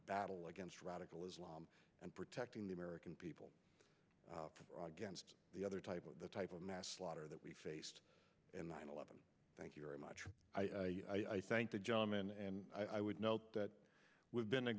battle against radical islam and protecting the american people against the other type of the type of mass slaughter that we faced and nine eleven thank you very much i thank the gentleman and i would note that we've been a